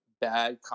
bad